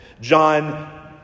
John